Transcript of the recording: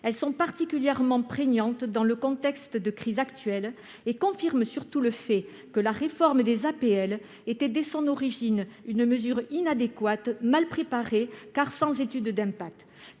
Elles sont particulièrement prégnantes dans le contexte de crise que nous connaissons ; surtout, elles confirment que la réforme des APL était dès son origine une mesure inadéquate et mal préparée, à défaut d'étude d'impact.